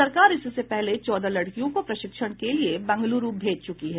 सरकार इससे पहले चौदह लड़कियों को प्रशिक्षण के लिए बेंगलुरू भेज चुकी है